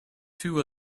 two